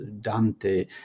Dante